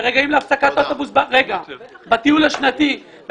ורגעים להפסקה באוטובוס בטיול השנתי,